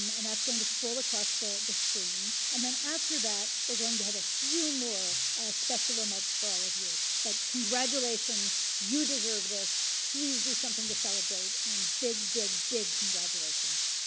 um and that's going to scroll across the the screen. and then after that, we're going to have a few more special remarks for all of you. but congratulations. you deserve this. please do something to celebrate. and big, big, big congratulations.